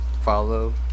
follow